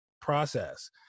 process